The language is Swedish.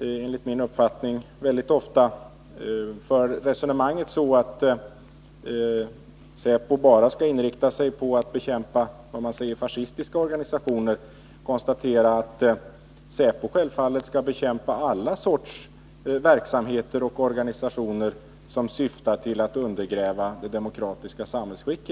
enligt min uppfattning mycket ofta för resonemang som går ut på att säpo enbart skall inrikta sig på att bekämpa fascistiska organisationer, konstatera att säpo självfallet skall bekämpa alla sorters verksamheter och organisationer, som syftar till att undergräva det demokratiska samhällsskicket.